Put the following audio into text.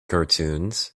cartoons